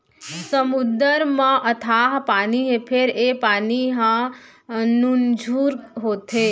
समुद्दर म अथाह पानी हे फेर ए पानी ह नुनझुर होथे